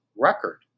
record